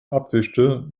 abwischte